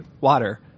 water